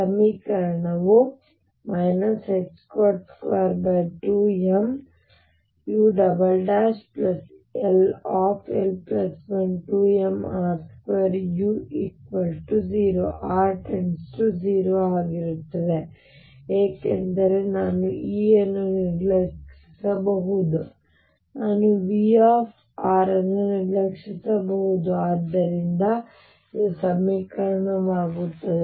ಸಮೀಕರಣವು 22mull12mr2u0 r 0 ಆಗಿರುತ್ತದೆ ಏಕೆಂದರೆ ನಾನು E ಅನ್ನು ನಿರ್ಲಕ್ಷಿಸಬಹುದು ನಾನು Vr ಅನ್ನು ನಿರ್ಲಕ್ಷಿಸಬಹುದು ಮತ್ತು ಆದ್ದರಿಂದ ಇದು ಸಮೀಕರಣವಾಗುತ್ತದೆ